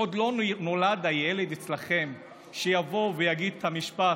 עוד לא נולד הילד אצלכם שיבוא ויגיד את המשפט: